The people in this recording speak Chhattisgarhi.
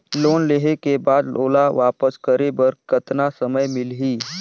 लोन लेहे के बाद ओला वापस करे बर कतना समय मिलही?